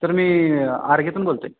तर मी आरगेतून बोलतो आहे